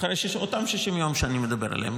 אותם 60 יום שאני מדבר עליהם.